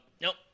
Nope